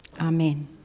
Amen